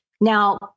Now